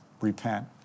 repent